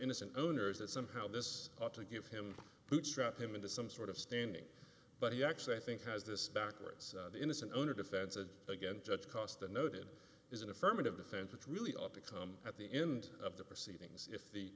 innocent owners that somehow this ought to give him bootstrap him into some sort of standing but he actually i think has this backwards innocent owner defends and again judge cost a noted is an affirmative defense which really ought to come at the end of the proceedings if the